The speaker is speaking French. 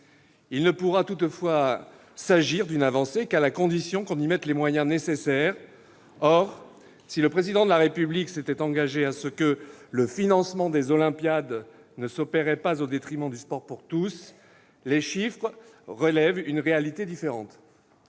Il ne pourra toutefois s'agir d'une avancée qu'à la condition qu'on y mette les moyens nécessaires. Or, si le Président de la République s'était engagé à ce que le financement des Olympiades ne s'opère pas au détriment du sport pour tous, les chiffres révèlent une réalité différente.